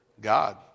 God